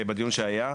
בדיון שהיה,